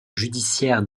judiciaire